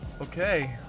Okay